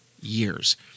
years